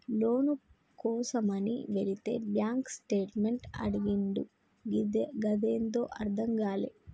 లోను కోసమని వెళితే bank statement అడిగిండు గదేందో అర్థం గాలే